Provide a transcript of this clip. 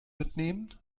mitnehmen